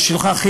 בשבילך,